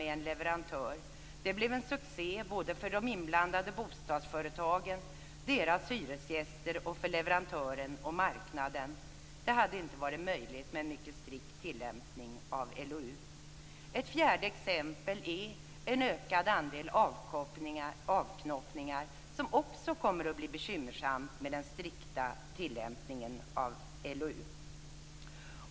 Det blev en succé både för de inblandade bostadsföretagen, deras hyresgäster samt för leverantören och marknaden. Det hade inte varit möjligt med en strikt tilllämpning av LOU. Ett annat exempel är den ökade andelen avknoppningar som också kommer att bli bekymmersam med den strikta tillämpningen av LOU.